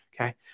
Okay